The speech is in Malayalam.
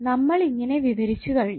നമ്മൾ ഇങ്ങനെ വിവരിച്ചു കഴിഞ്ഞു